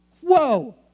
Whoa